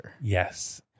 yes